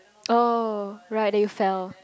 oh right they fell